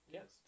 Yes